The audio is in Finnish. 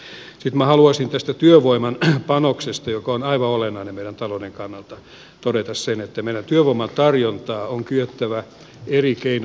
sitten minä haluaisin tästä työvoiman panoksesta joka on aivan olennainen meidän talouden kannalta todeta sen että meillä työvoiman tarjontaa on kyettävä eri keinoin lisäämään